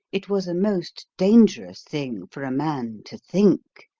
it was a most dangerous thing for a man to think,